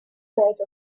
made